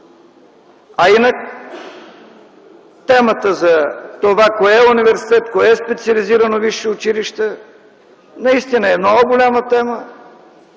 А инак, темата за това кое е университет, кое е специализирано висше училище, наистина е много голяма.